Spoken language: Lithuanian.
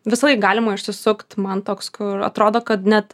visąlaik galima išsisukt man toks kur atrodo kad net